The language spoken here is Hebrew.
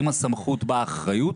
עם הסמכות באה האחריות,